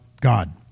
God